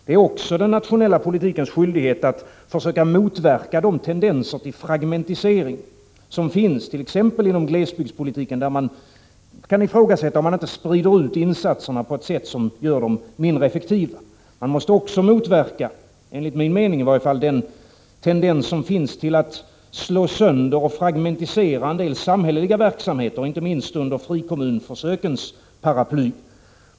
Det är också den nationella politikens skyldighet att försöka motverka de tendenser till fragmentisering som finns t.ex. inom glesbygdspolitiken, där man kan ifrågasätta om insatserna inte sprids ut på ett sätt som gör dem mindre effektiva. Man måste också, enligt min mening, motverka den tendens som finns att slå sönder och fragmentisera en del samhälleliga verksamheter, inte minst under frikommunsförsökens paraply.